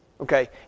Okay